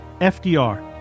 FDR